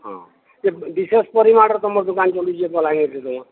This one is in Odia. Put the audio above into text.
ହଁ ଇ ବିଶେଷ ପରିମାଣର ତୁମର ଦୋକାନ ଚଳୁଛି ଏ ବଲାଙ୍ଗୀରରେ ତୁମର